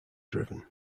driven